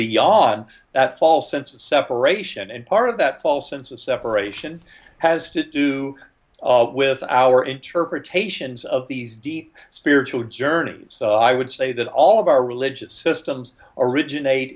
beyond that false sense of separation and part of that false sense of separation has to do with our interpretations of these deep spiritual journey i would say that all of our religious systems originate